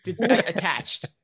attached